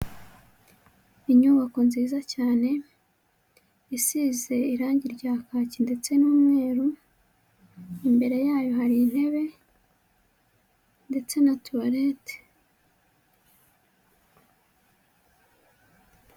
Inyubako nziza cyane, isize irangi rya kaki ndetse n'umweru, imbere yayo hari intebe ndetse na tuwarete.